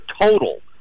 total